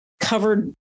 covered